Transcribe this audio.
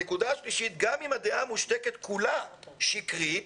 הנקודה השלישית גם אם הדעה מושתקת כולה שקרית,